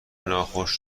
ناخوش